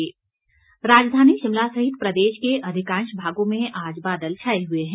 मौसम राजधानी शिमला सहित प्रदेश के अधिकांश भागों में आज बादल छाए हुए हैं